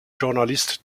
journalist